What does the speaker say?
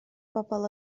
bobl